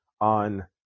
On